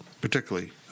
Particularly